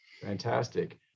Fantastic